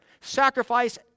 Sacrifice